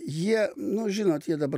jie nu žinot jie dabar